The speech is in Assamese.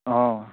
অঁ